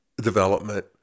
development